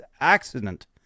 accident